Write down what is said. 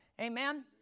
amen